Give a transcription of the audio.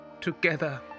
together